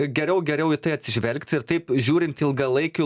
geriau geriau į tai atsižvelgti ir taip žiūrint ilgalaikiu